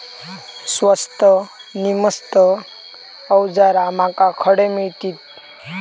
स्वस्त नी मस्त अवजारा माका खडे मिळतीत?